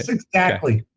exactly.